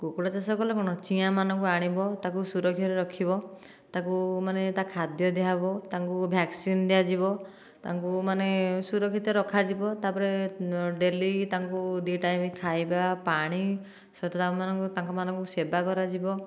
କୁକୁଡ଼ା ଚାଷ କଲେ କ'ଣ ଚିଆଁମାନଙ୍କୁ ଆଣିବ ତାକୁ ସୁରକ୍ଷାରେ ରଖିବ ତାକୁ ମାନେ ତା ଖାଦ୍ୟ ଦିଆହେବ ତାଙ୍କୁ ଭ୍ୟାକସିନ୍ ଦିଆଯିବ ତାଙ୍କୁ ମାନେ ସୁରକ୍ଷିତ ରଖାଯିବ ତାପରେ ଡେଲି ତାଙ୍କୁ ଦୁଇ ଟାଇମ୍ ଖାଇବା ପାଣି ସହିତ ତାଙ୍କମାନଙ୍କୁ ତାଙ୍କମାନଙ୍କୁ ସେବା କରାଯିବ